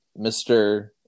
Mr